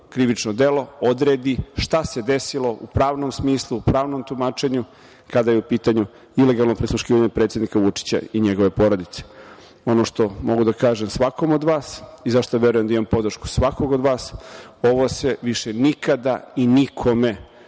krivično delo, odredi šta se desilo u pravnom smislu, pravnom tumačenju kada je u pitanju ilegalno prisluškivanje predsednika Vučića i njegove porodice. Ono što mogu da kažem svakom od vas i za šta verujem da imam podršku svakog od vas, ovo se više nikada i nikome